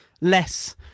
less